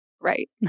right